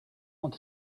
want